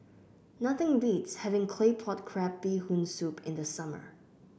nothing beats having Claypot Crab Bee Hoon Soup in the summer